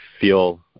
feel